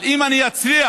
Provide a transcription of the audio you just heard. אבל אם אני אצליח